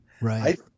right